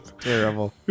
terrible